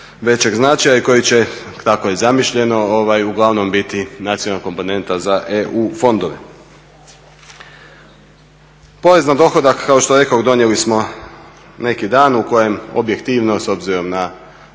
većeg značaja i koji će tako je zamišljeno uglavnom biti nacionalna komponenta za EU fondove. Porez na dohodak kao što rekoh donijeli smo neki dan u kojem objektivno s obzirom na